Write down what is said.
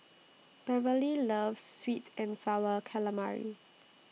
Beverley loves Sweet and Sour Calamari